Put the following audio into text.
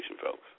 folks